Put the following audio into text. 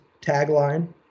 tagline